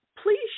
Please